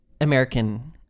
American